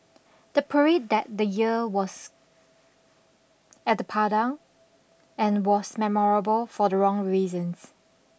the parade that the year was at the Padang and was memorable for the wrong reasons